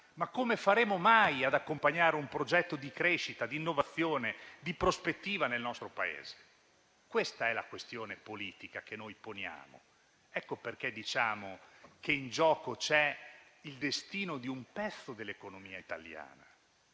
Ma come faremo mai ad accompagnare un progetto di crescita, di innovazione, di prospettiva nel nostro Paese? Questa è la questione politica che noi poniamo. Ecco perché diciamo che in gioco c'è il destino di un pezzo dell'economia italiana.